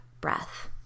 breath